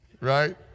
Right